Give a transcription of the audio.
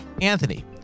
Anthony